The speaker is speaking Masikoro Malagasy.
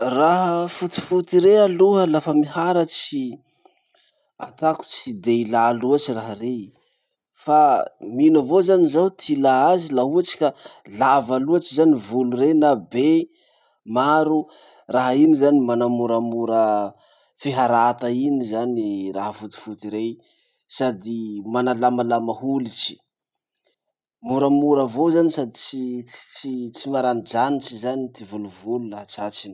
Raha fotifoty rey aloha lafa miharatsy, atako tsy de ilà loatsy raha rey. Fa mino avao zany zaho ty ilà azy la ohatsy ka lava loatsy zany volo reny na be maro, raha iny zany manamoramor fiharata iny zany raha fotifoty rey sady manalamalama holitsy. Moramora avao zany sady tsy tsy tsy maranidranitsy ty volovolo laha tratriny.